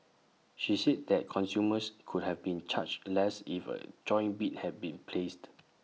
she said that consumers could have been charged less if A joint bid had been placed